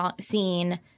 seen